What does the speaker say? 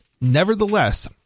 nevertheless